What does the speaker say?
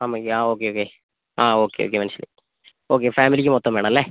അമ്മയ്ക്ക് ആ okay okay ആ ഓക്കെ ഓക്കെ മനസ്സിലായി ഓക്കെ ഫാമിലിക്ക് മൊത്തം വേണം അല്ലേ